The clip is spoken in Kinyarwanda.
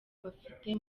bafite